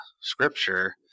scripture